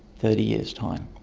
thirty years time?